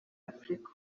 afurika